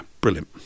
brilliant